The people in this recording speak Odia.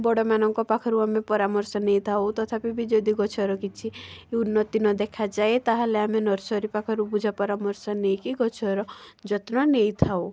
ବଡ଼ମାନଙ୍କ ପାଖରୁ ଆମେ ପରାମର୍ଶ ନେଇଥାଉ ତଥାପି ବି ଯଦି ଗଛର କିଛି ଉନ୍ନତି ନ ଦେଖାଯାଏ ତାହେଲେ ଆମେ ନର୍ସରୀ ପାଖରୁ ବୁଝା ପରାମର୍ଶ ନେଇକି ଗଛର ଯତ୍ନ ନେଇଥାଉ